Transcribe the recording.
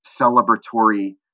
celebratory